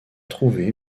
trouvé